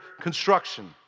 construction